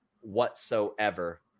whatsoever